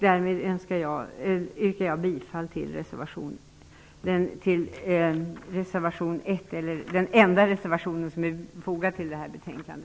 Därmed yrkar jag bifall till den enda reservation som är fogad till detta betänkande.